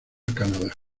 canadá